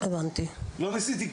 לא ניסיתי,